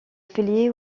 affiliée